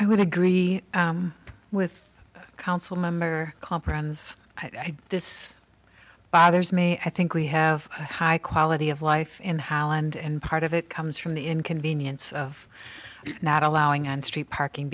i would agree with council member comprehends i do this bothers me i think we have high quality of life in holland and part of it comes from the inconvenience of not allowing on street parking